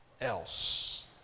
else